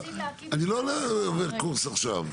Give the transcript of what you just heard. אני לא עובר קורס עכשיו.